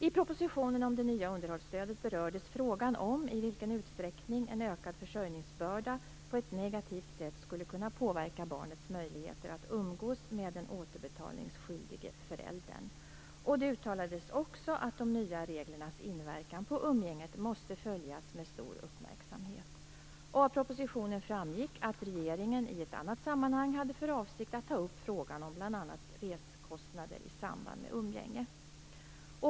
I propositionen om det nya underhållsstödet berördes frågan om i vilken utsträckning en ökad försörjningsbörda på ett negativt sätt skulle kunna påverka barnets möjligheter att umgås med den återbetalningsskyldige föräldern. Det uttalades också att de nya reglernas inverkan på umgänget måste följas med stor uppmärksamhet. Av propositionen framgick att regeringen i ett annat sammanhang hade för avsikt att ta upp frågan om bl.a. resekostnader i samband med umgänge.